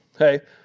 Okay